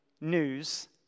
news